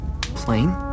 Plane